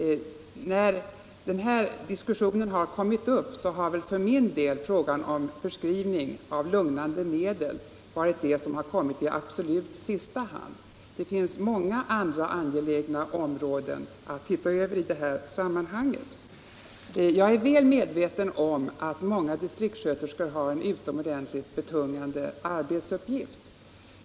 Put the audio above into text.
För min del har förskrivning av lugnande medel varit det som kommit i absolut sista hand i den här diskussionen. Det finns mer angelägna områden att se på i det här sammanhanget. Jag är väl medveten om att många distriktssköterskor har en utomordentligt betungande arbetsuppgift.